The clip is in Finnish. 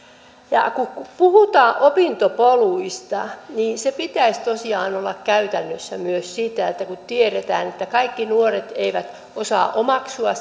kun puhutaan opintopoluista sen pitäisi tosiaan olla käytännössä myös sitä että tiedetään että kaikki nuoret eivät osaa omaksua